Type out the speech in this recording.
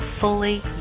fully